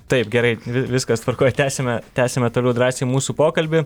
taip gerai vi viskas tvarkoj tęsime tęsiame toliau drąsiai mūsų pokalbį